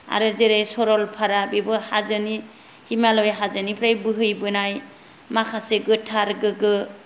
आरो जेरै सरलपारा बेबो हाजोनि हिमालय हाजोनिफ्राय बोहैबोनाय माखासे गोथार गोग्गो